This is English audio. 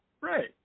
Right